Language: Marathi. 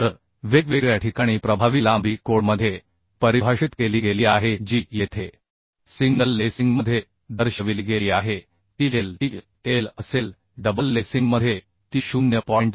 तर वेगवेगळ्या ठिकाणी प्रभावी लांबी कोडमध्ये परिभाषित केली गेली आहे जी येथेसिंगल लेसिंगमध्ये दर्शविली गेली आहे ती L e L असेल डबल लेसिंगमध्ये ती 0